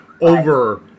over